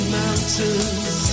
mountains